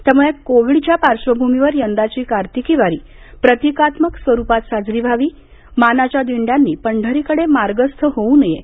त्यामुळे कोविडच्या पार्श्वभूमीवर यंदाची कार्तिकी वारी प्रतिकात्मक स्वरुपात साजरी व्हावी मानाच्या दिड्यांनी पंढरीकडे मार्गस्थ होऊ नये